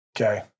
Okay